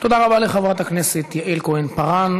תודה רבה לחברת הכנסת יעל כהן-פארן.